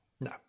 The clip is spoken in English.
no